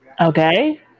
Okay